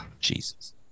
Jesus